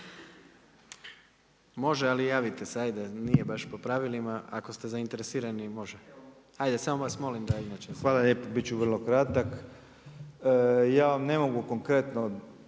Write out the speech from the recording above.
Može ali javite se, ajde nije baš po pravilima, ako ste zainteresirani može. **Dobrović, Slaven (MOST)** Hvala lijepo bit ću kratak. Ja vam ne mogu konkretno